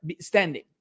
standing